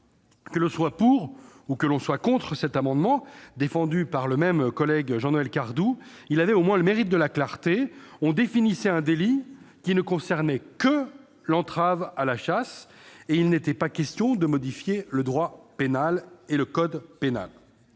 Que l'on soit pour ou contre cet amendement défendu par Jean-Noël Cardoux, il avait au moins le mérite de la clarté : il tendait à définir un délit qui ne concernait que l'entrave à la chasse, et il n'était pas question de modifier le droit pénal et le code pénal.